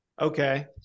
Okay